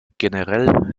generell